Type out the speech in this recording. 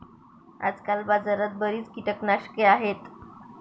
आजकाल बाजारात बरीच कीटकनाशके आहेत